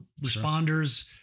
responders